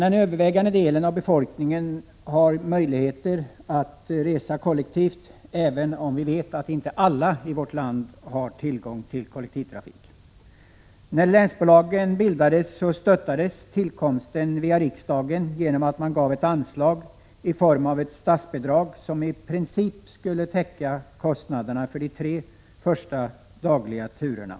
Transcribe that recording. Den övervägande delen av befolkningen har möjligheter att resa kollektivt, även om inte alla i vårt land har tillgång till kollektivtrafik. När länsbolagen bildades stöttades tillkomsten via riksdagen genom ett anslag i form av ett statsbidrag, som i princip skulle täcka kostnaderna för de tre första dagliga turerna.